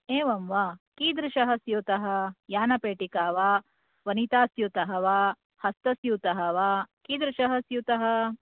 एवं वा कीदृशः स्यूतः यान पेटिका वा वनिता स्यूतः वा हस्तस्यूतः वा किदृशः स्यूतः